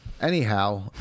Anyhow